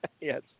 Yes